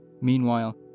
Meanwhile